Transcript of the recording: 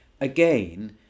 again